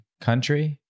country